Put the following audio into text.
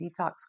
detox